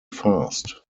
fast